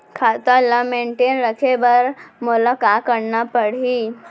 खाता ल मेनटेन रखे बर मोला का करना पड़ही?